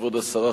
כבוד השרה,